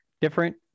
different